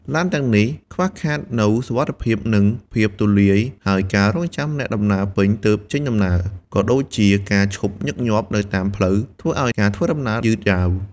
ឡានទាំងនេះខ្វះខាតនូវសុវត្ថិភាពនិងភាពទូលាយ ហើយការរង់ចាំអ្នកដំណើរពេញទើបចេញដំណើរ ក៏ដូចជាការឈប់ញឹកញាប់នៅតាមផ្លូវ ធ្វើឱ្យការធ្វើដំណើរយឺតយ៉ាវ។